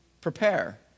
prepare